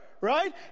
right